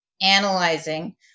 analyzing